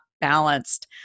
balanced